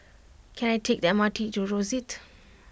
can I take the M R T to Rosyth